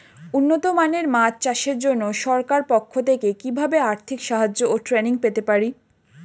উন্নত মানের মাছ চাষের জন্য সরকার পক্ষ থেকে কিভাবে আর্থিক সাহায্য ও ট্রেনিং পেতে পারি?